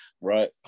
Right